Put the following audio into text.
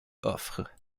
offre